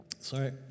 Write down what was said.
sorry